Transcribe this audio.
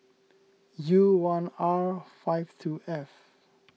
U one R five two F